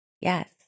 Yes